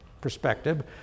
perspective